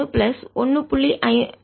33 plus 1